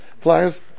Flyers